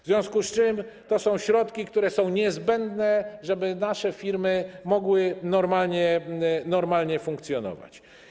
W związku z tym to są środki, które są niezbędne, żeby nasze firmy mogły normalnie funkcjonować.